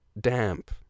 damp